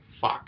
fuck